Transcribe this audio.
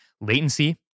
latency